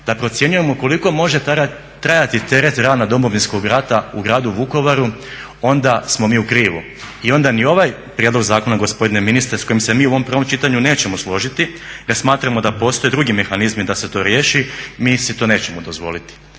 da procjenjujemo koliko može trajati teret rana Domovinskog rata u gradu Vukovaru onda smo mi u krivu. I onda i ovaj prijedlog zakona gospodine ministre s kojim se mi u ovom prvom čitanju nećemo složiti jer smatramo da postoje drugi mehanizmi da se to riješi, mi si to nećemo dozvoliti,